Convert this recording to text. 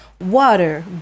Water